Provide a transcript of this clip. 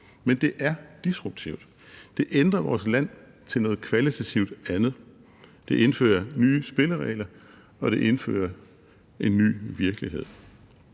Men det er disruptivt, for det ændrer vores land til noget kvalitativt andet. Det indfører nye spilleregler, og det indfører en ny virkelighed.